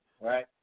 right